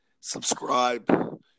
subscribe